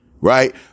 right